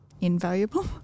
invaluable